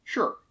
Sure